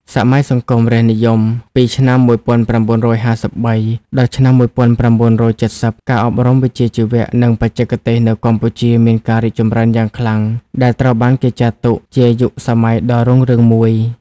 សម័យសង្គមរាស្ត្រនិយម ពីឆ្នាំ ១៩៥៣ ដល់ឆ្នាំ ១៩៧០ ការអប់រំវិជ្ជាជីវៈ និងបច្ចេកទេសនៅកម្ពុជាមានការរីកចម្រើនយ៉ាងខ្លាំង ដែលត្រូវបានគេចាត់ទុកជាយុគសម័យដ៏រុងរឿងមួយ។